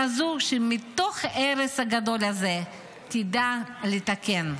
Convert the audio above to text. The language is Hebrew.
כזו שמתוך ההרס הגדול הזה תדע לתקן.